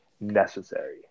necessary